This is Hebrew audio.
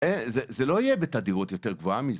זה לא יהיה בתדירות יותר גבוהה מזה.